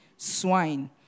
Swine